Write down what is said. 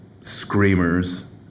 screamers